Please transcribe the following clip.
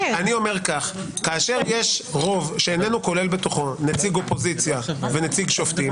רוב שאיננו כולל בתוכו נציג אופוזיציה ונציג שופטים,